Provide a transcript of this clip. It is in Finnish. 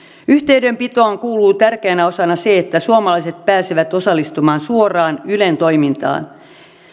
yhteydenpitoon kuuluu tärkeänä osana se että suomalaiset pääsevät osallistumaan suoraan ylen toimintaan